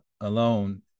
alone